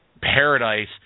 paradise